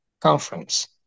Conference